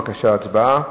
בבקשה, הצבעה.